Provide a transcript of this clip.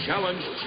Challenge